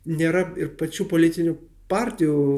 nėra ir pačių politinių partijų